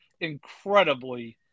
incredibly